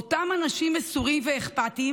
אותם אנשים מסורים ואכפתיים,